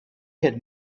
had